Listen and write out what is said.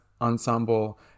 ensemble